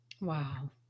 Wow